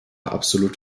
absolut